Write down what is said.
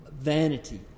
vanity